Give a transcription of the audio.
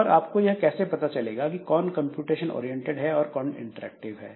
पर आपको यह कैसे पता चलेगा कि कौन कंप्यूटेशन ओरिएंटेड है और कौन इंटरएक्टिव है